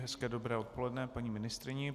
Hezké dobré odpoledne paní ministryni.